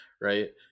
right